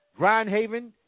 Grindhaven